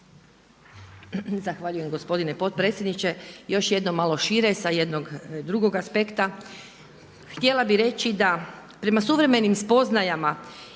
Zahvaljujem gospodine potpredsjedniče. Još jednom malo šire sa jednog drugog aspekta. Htjela bih reći da prema suvremenim spoznajama